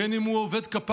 בין אם הוא עובד כפיים,